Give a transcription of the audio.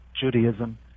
Judaism